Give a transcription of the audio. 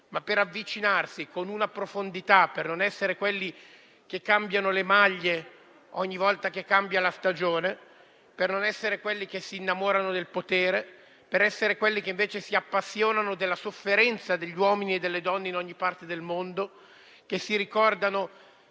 ma per avvicinarsi con profondità, per non essere quelli che cambiano le maglie ogni volta che cambia la stagione; per non essere quelli che si innamorano del potere; per essere quelli che invece si appassionano della sofferenza degli uomini e delle donne in ogni parte del mondo, che si ricordano